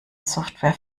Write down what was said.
software